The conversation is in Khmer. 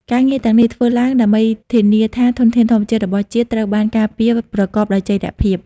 ការងារទាំងនេះធ្វើឡើងដើម្បីធានាថាធនធានធម្មជាតិរបស់ជាតិត្រូវបានការពារប្រកបដោយចីរភាព។